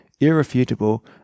irrefutable